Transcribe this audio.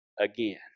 again